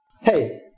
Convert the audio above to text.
hey